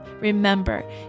remember